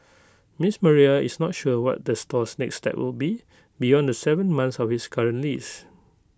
Ms Maria is not sure what the store's next step will be beyond the Seven months of its current lease